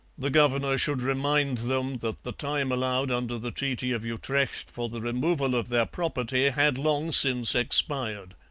the governor should remind them that the time allowed under the treaty of utrecht for the removal of their property had long since expired.